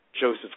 Joseph